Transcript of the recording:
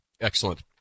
excellent